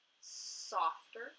softer